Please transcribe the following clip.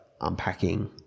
unpacking